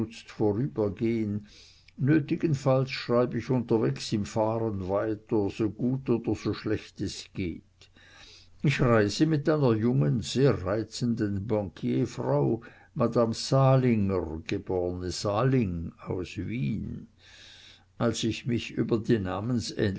falles schreib ich unterwegs im fahren weiter so gut oder so schlecht es geht ich reise mit einer jungen sehr reizenden banquierfrau madame salinger geb saling aus wien als ich mich über die